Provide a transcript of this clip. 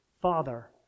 Father